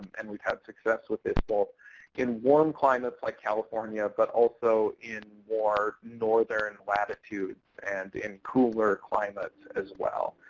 and we've had success with this both in warm climates like california, but also in more northern latitudes and in cooler climates as well.